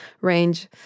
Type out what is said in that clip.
range